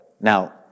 Now